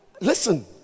Listen